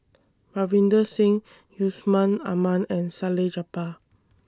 Ravinder Singh Yusman Aman and Salleh Japar